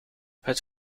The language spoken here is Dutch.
het